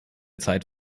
zeit